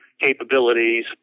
capabilities